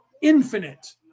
infinite